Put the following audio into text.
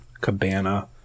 Cabana